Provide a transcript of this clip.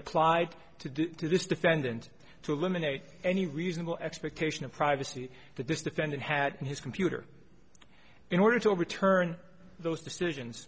applied to do this defendant to eliminate any reasonable expectation of privacy that this defendant had his computer in order to overturn those decisions